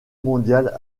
mondiale